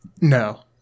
No